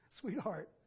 sweetheart